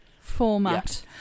format